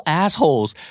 assholes